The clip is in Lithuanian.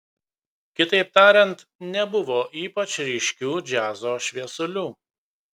kitaip tariant nebuvo ypač ryškių džiazo šviesulių